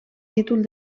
títol